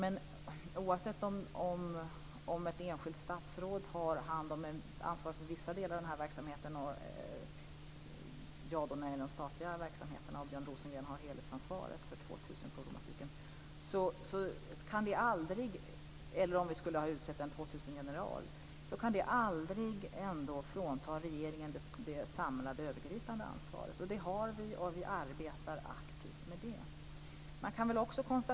Men oavsett om enskilda statsråd har ansvar för olika delar av verksamheten - jag för de statliga verksamheterna och Björn Rosengren för helheten omkring 2000-problematiken - eller om vi hade utsett en 2000-general, så kan det ändå aldrig frånta regeringen det samlade, övergripande ansvaret. Det har vi, och vi arbetar aktivt med det.